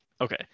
Okay